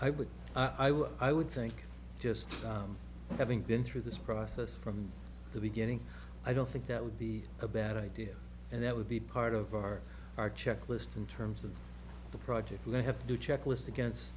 i would i would think just having been through this process from the beginning i don't think that would be a bad idea and that would be part of our our checklist in terms of the project we have to do checklist against